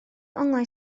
onglau